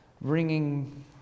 bringing